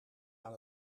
aan